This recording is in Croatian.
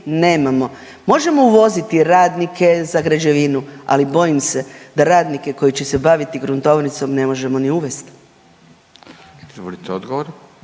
Možemo uvoziti radnike za građevinu, ali bojim se da radnike koji će se baviti gruntovnicom ne možemo ni uvest. **Radin, Furio